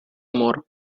amor